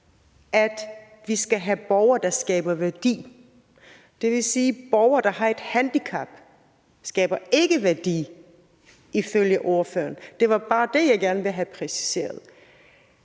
at vi skal have borgere, der skaber værdi. Det vil sige, at borgere, der har et handicap, ikke skaber værdi ifølge ordføreren. Det var bare det, jeg gerne ville have præciseret.